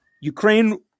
Ukraine